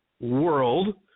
world